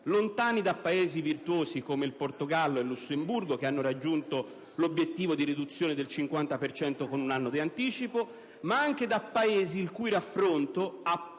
lontano da Paesi virtuosi come Portogallo e Lussemburgo, che hanno raggiunto l'obiettivo di riduzione del 50 per cento con un anno di anticipo, ma anche da Paesi con i quali il raffronto,